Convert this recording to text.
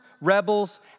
rebels